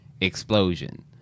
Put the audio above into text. explosion